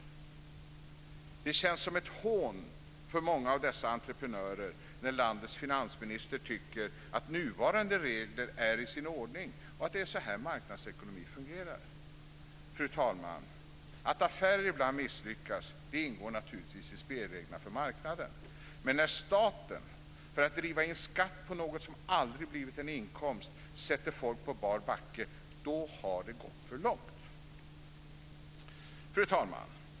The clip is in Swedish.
Det känns som ett hån för många av dessa entreprenörer när landets finansminister tycker att nuvarande regler är i sin ordning och att det är så här marknadsekonomin fungerar. Fru talman! Att affärer ibland misslyckas ingår naturligtvis i spelreglerna för marknaden. Men när staten, för att driva in skatt på något som aldrig blivit en inkomst, sätter folk på bar backe, då har det gått för långt. Fru talman!